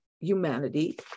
humanity